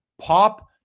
pop